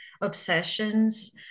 obsessions